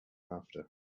after